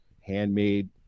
handmade